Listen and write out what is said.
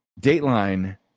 Dateline